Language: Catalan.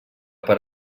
per